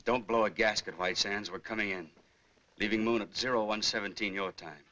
don't blow a gasket white sands were coming in leaving moon at zero one seventeen your time